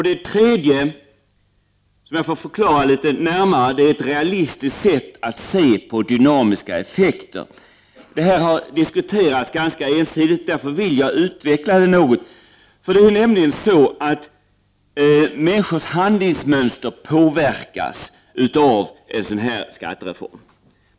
Det tredje är ett realistiskt sätt att se på dynamiska effekter. Detta har diskuterats ganska ensidigt, och därför vill jag utveckla det något. Människors handlingsmönster påverkas av en sådan här skattereform.